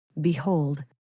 behold